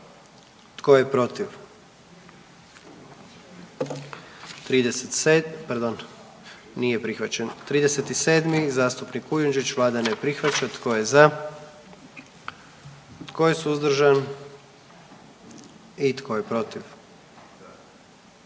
zakona. 44. Kluba zastupnika SDP-a, vlada ne prihvaća. Tko je za? Tko je suzdržan? Tko je protiv?